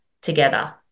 together